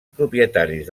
propietaris